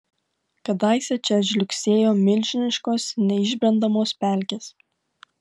kadaise čia žliugsėjo milžiniškos neišbrendamos pelkės